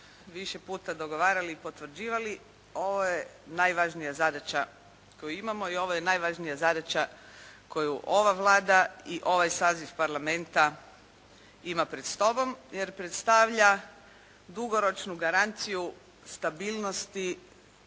više puta dogovarali i potvrđivali ovo je najvažnija zadaća koju imamo i ovo je najvažnija zadaća koju ova Vlada i ovaj saziv Parlamenta ima pred sobom jer predstavlja dugoročnu garanciju stabilnosti